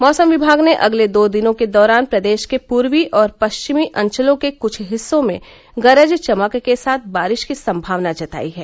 मौसम विभाग ने अगले दो दिनों के दौरान प्रदेश के पूर्वी और पश्चिमी अंचलों के कुछ हिस्सों में गरज चमक के साथ बारिश की सम्भावना जताई है